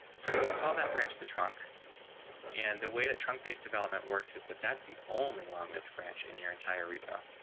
so we'll call that branch, the trunk and the way that trunk based development works is that that's the only long have to branch in your entire repo.